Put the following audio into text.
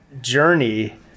journey